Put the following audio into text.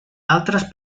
altres